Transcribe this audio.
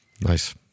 Nice